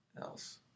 else